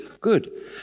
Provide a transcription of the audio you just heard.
good